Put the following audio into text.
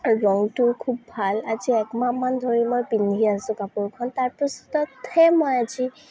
ৰঙটো খুব ভাল আজি এক মাহমান ধৰি মই পিন্ধি আছোঁ কাপোৰখন তাৰপিছতহে মই আজি